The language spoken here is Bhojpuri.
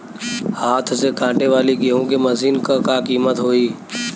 हाथ से कांटेवाली गेहूँ के मशीन क का कीमत होई?